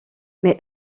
mais